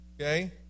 okay